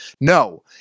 No